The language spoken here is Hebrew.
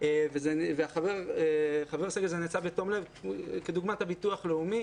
וזה נעשה בתום לב כדוגמת הביטוח הלאומי